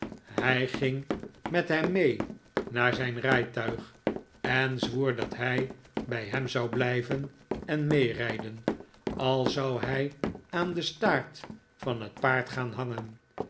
hij ging met hem mee haar zijn rijtuig en zwoer dat hij bij hem zou blijven en meerijden al zou hij aan den staart van het paard gaan hangen